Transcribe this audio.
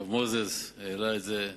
הרב מוזס העלה את זה,